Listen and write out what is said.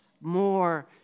more